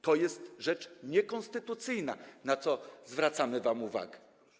To jest rzecz niekonstytucyjna, na co zwracamy wam uwagę.